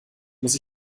muss